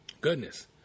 Goodness